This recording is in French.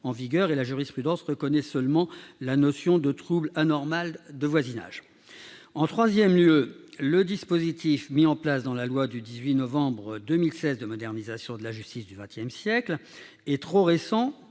en vigueur ; la jurisprudence, quant à elle, reconnaît seulement la notion de « trouble anormal de voisinage ». En troisième lieu, le dispositif mis en place par la loi du 18 novembre 2016 de modernisation de la justice du XXI siècle est trop récent